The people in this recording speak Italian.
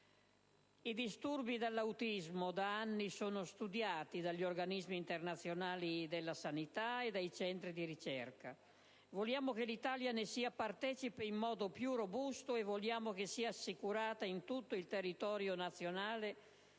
I disturbi dell'autismo da anni sono studiati dagli organismi internazionali della sanità e dai centri di ricerca. Vogliamo che l'Italia ne sia partecipe in modo più robusto e vogliamo che sia assicurata in tutto il territorio nazionale